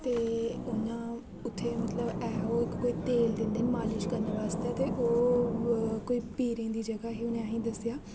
ते उ'यां उ'त्थें मतलब ऐहा ओह् कोई तेल दिंदे न मालिश करने आस्तै ते ओह् कोई पीरें दी जगह् दी उ'नें अहें ई दस्सेआ